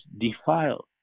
defiled